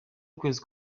ukwezi